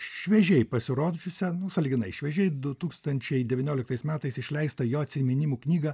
šviežiai pasirodžiusią sąlyginai šviežiai du tūkstančiai devynioliktais metais išleistą jo atsiminimų knygą